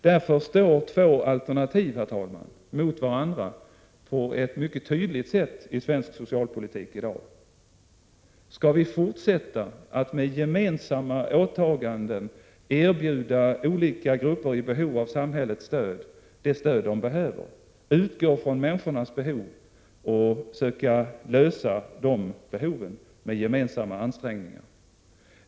Därför står två alternativ, herr talman, mot varandra på ett mycket tydligt sätt i svensk socialpolitik i dag. Skall vi fortsätta att med gemensamma åtaganden erbjuda olika grupper i behov av samhällets stöd det stöd de behöver, utgå från människornas behov och försöka lösa de behoven med gemensamma ansträngningar?